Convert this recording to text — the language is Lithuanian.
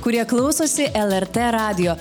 kurie klausosi lrt radijo